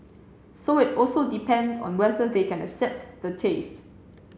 so it also depends on whether they can accept the taste